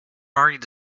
already